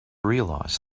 realize